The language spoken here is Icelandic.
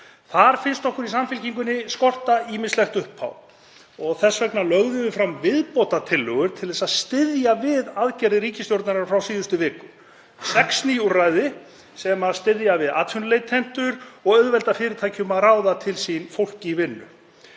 Þar finnst okkur í Samfylkingunni skorta ýmislegt upp á og þess vegna lögðum við fram viðbótartillögur til að styðja við aðgerðir ríkisstjórnarinnar frá síðustu viku, sex ný úrræði sem styðja við atvinnuleitendur og auðvelda fyrirtækjum að ráða til sín fólk í vinnu.